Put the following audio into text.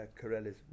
Corelli's